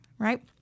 Right